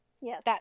Yes